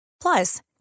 Plus